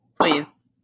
Please